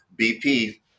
bp